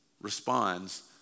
responds